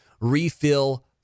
refill